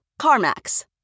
CarMax